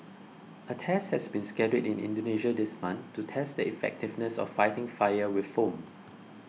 a test has been scheduled in Indonesia this month to test the effectiveness of fighting fire with foam